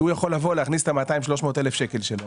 כי הוא יכול לבוא להכניס את ה-200,000-300,000 שקלים שלו